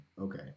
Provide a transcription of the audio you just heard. Okay